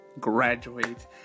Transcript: graduate